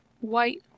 white